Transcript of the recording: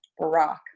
Barack